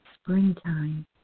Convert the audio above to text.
springtime